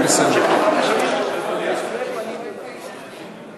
אני רוצה, בבקשה, חבר הכנסת יעקב אשר.